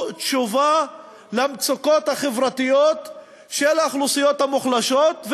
תשובה על המצוקות החברתיות של האוכלוסיות המוחלשות,